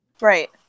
Right